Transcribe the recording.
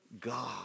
God